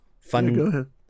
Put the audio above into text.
fun